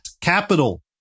Capital